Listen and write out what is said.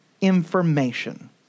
information